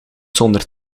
zonder